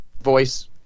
voice